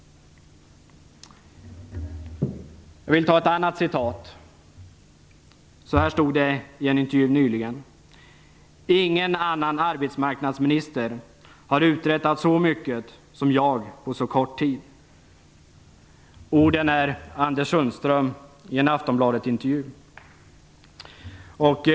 Jag vill referera en annan artikel. Så här stod det i en intervju nyligen: Ingen annan arbetsmarknadsminister har uträttat så mycket som jag på så kort tid. Detta sades av Anders Sundström i en Aftonbladetintervju.